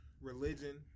religion